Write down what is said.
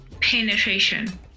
penetration